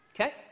Okay